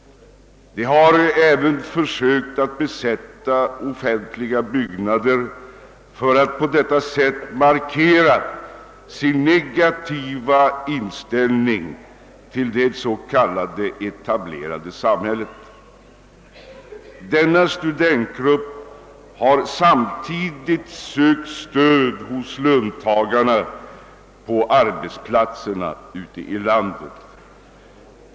De har även försökt besätta offentliga byggnader för att på det sättet markera sin inställning till det s.k. etablerade samhället. Denna studentgrupp har samtidigt sökt stöd hos löntagarna på arbetsplatserna ute i landet.